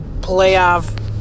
playoff